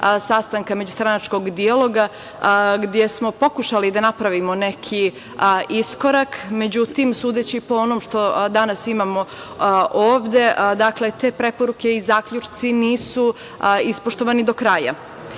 sastanaka međustranačkog dijaloga, gde smo pokušali da napravimo neki iskorak.Međutim, sudeći po onom što danas imamo ovde, dakle, te preporuke i zaključci nisu ispoštovani do kraja.